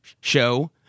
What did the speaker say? show